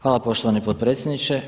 Hvala poštovani potpredsjedniče.